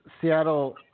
Seattle –